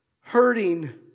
hurting